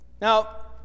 Now